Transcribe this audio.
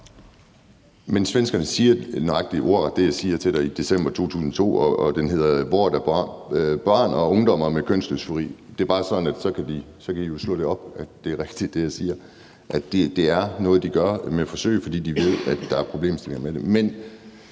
svenskerne siger nøjagtig ordret det, jeg siger til dig, i december 2022, og det står i »Vård av barn och ungdomar med könsdysfori«. Det er jo bare, så I kan slå det op og se, at det, jeg siger, er rigtigt, altså at det er noget, de gør med forsøg, fordi de ved, at der er problemstillinger i det.